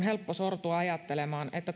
helppo sortua ajattelemaan että